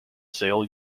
sale